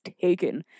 taken